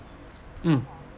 mm